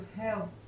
help